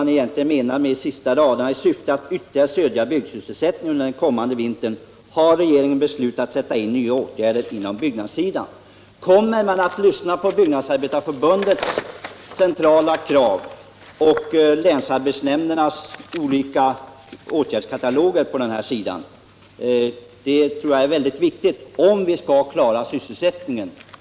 Den tredje frågan gällde vad som avses med de sista raderna i svaret: ”I syfte att ytterligare stödja byggsysselsättningen under den kommande vintern har regeringen beslutat sätta in nya åtgärder på byggnadssidan.” Kommer man att lyssna på Byggnadsarbetareförbundets centrala krav och kommer man att ta hänsyn till länsarbetsnämndernas åtgärdskatalog? Jag tror att det är mycket viktigt om vi skall kunna klara sysselsättningen.